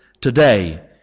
today